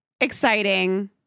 exciting